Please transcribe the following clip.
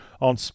on